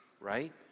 right